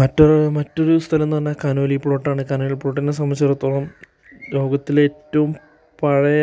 മറ്റൊരു ആ മറ്റൊരു സ്ഥലം എന്ന് പറഞ്ഞാൽ കനോലി പ്ലോട്ടാണ് കനോലി പ്ലോട്ടിനെ സംബന്ധിച്ചെടുത്തോളം ലോകത്തിലെ ഏറ്റവും പഴയ